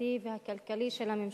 החברתי והכלכלי של הממשלה.